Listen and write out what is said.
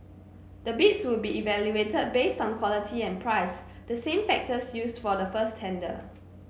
the bids would be evaluated based on quality and price the same factors used for the first tender